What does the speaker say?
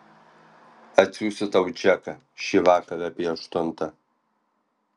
atsiųsiu tau džeką šįvakar apie aštuntą